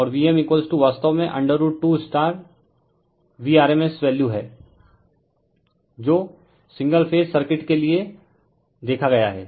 और v m वास्तव में √2 v rms वैल्यू है जो सिंगल फेज सर्किट के लिए देखा गया है